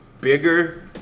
bigger